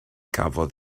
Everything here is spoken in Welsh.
gafodd